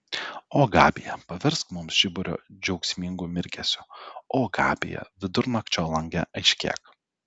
o gabija pavirsk mums žiburio džiaugsmingu mirgesiu o gabija vidurnakčio lange aiškėk